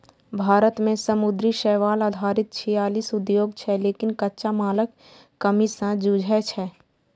भारत मे समुद्री शैवाल आधारित छियालीस उद्योग छै, लेकिन कच्चा मालक कमी सं जूझै छै